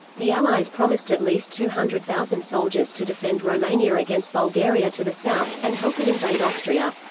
the allies promised at least two hundred thousand soldiers to defend romania against bulgaria to the south, and help it invade austria.